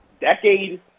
decade